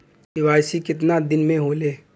KYC कितना दिन में होले?